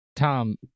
Tom